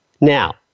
Now